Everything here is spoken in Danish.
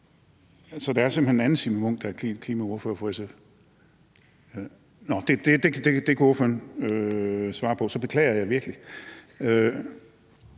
Der er simpelt hen en anden Signe Munk, der er klimaordfører for SF. Nå, det kan ordføreren svare på. Så beklager jeg virkelig.